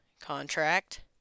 contract